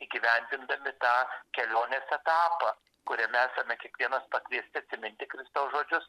įgyvendindami tą kelionės etapą kuriame esame kiekvienas pakviesti atsiminti kristaus žodžius